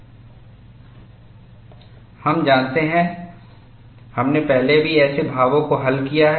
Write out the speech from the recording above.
आप जानते हैं हमने पहले भी ऐसे भावों को हल किया है